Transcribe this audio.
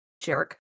Jerk